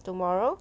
tomorrow